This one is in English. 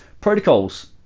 protocols